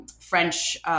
French